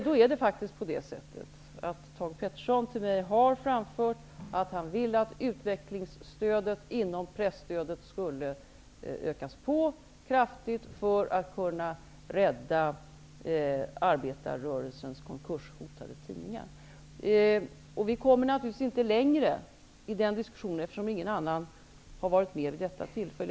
Då är det faktiskt på det sättet att Thage G Peterson till mig har framfört att han vill att utvecklingsstödet inom presstödet skulle ökas kraftigt, för att kunna rädda arbetarrörelsens konkurshotade tidningar. Vi kommer naturligtvis inte längre i den diskussionen, eftersom ingen annan har varit med vid detta tillfälle.